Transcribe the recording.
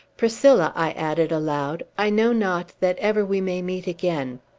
priscilla, i added aloud, i know not that ever we may meet again.